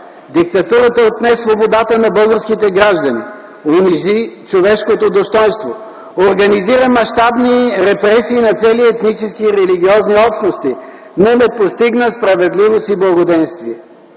Диктатурата отне свободата на българските граждани и унизи човешкото достойнство, организира мащабни репресии на цели етнически и религиозни общности, но не постигна справедливост и благоденствие.